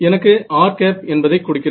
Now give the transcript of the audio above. எனக்கு r என்பதை கொடுக்கிறது